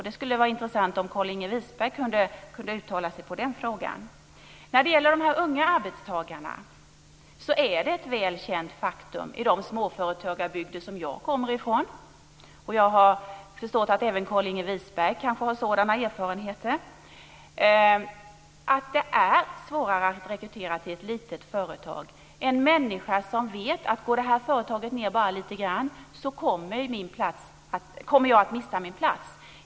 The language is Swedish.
Det skulle vara intressant om Carlinge Wisberg kunde uttala sig i den frågan. När det gäller de unga arbetstagarna är det ett väl känt faktum i de småföretagarbygder som jag har erfarenhet av - jag har förstått att kanske även Carlinge Wisberg har sådana erfarenheter - att det är svårare att rekrytera till ett litet företag. Människor i små företag vet att att om företaget bara går lite sämre så kommer han eller hon att mista sin plats.